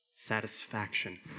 satisfaction